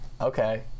Okay